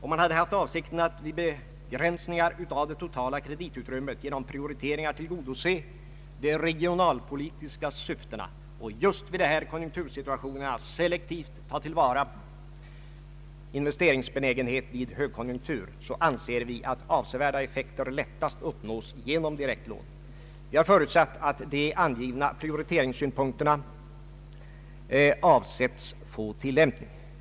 Om man hade haft avsikten att vid begränsningar av det totala kre ditutrymmet genom prioriteringar tillgodose de regionalpolitiska syftena och just vid de här konjunktursituationerna selektivt ta till vara investeringsbenägenheten vid högkonjunktur, så anser vi att avsevärda effekter lättast uppnås genom direktlån. Vi har förutsatt att de angivna prioriteringssynpunkterna har avsetts få tillämpning.